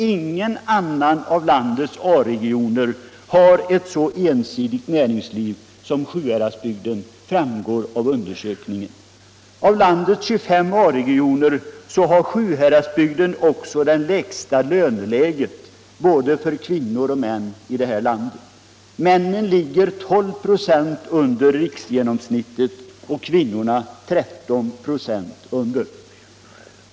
Ingen annan av landets A-regioner har ett så ensidigt näringsliv som Sjuhäradsbygden, framgår det av undersökningen.